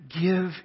give